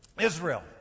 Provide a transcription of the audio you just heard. Israel